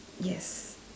yes